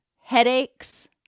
headaches